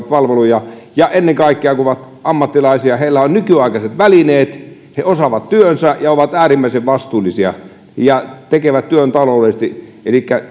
palveluja ja ennen kaikkea kun he ovat ammattilaisia heillä on nykyaikaiset välineet he osaavat työnsä ja he ovat äärimmäisen vastuullisia ja tekevät työn taloudellisesti elikkä